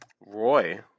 Roy